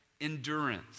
endurance